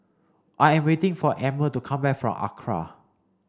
I am waiting for Emmer to come back from ACRA